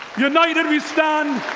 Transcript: united we stand.